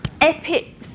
epic